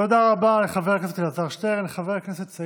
תודה רבה לחבר הכנסת אלעזר שטרן.